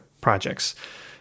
projects